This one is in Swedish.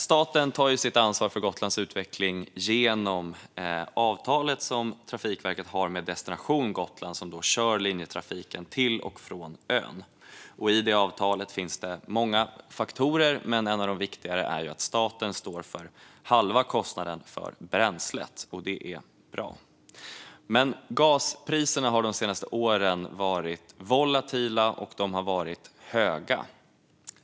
Staten tar sitt ansvar för Gotlands utveckling genom det avtal som Trafikverket har med Destination Gotland, som kör linjetrafiken till och från ön. Det finns många faktorer i det avtalet, men en av de viktigare är att staten står för halva kostnaden för bränslet. Det är bra. Men gaspriserna har de senaste åren varit volatila och höga.